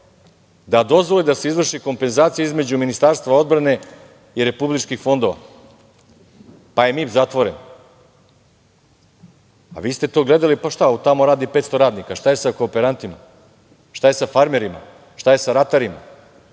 da dozvoli da se izvrši kompenzacija između Ministarstva odbrane i republičkih fondova, pa je MIP zatvoren. Vi ste to gledali – pa šta, tamo radi 500 radnika. Šta je sa kooperantima, šta je sa farmerima? Šta je sa ratarima?